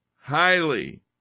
highly